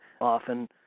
Often